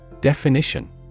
Definition